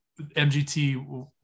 MGT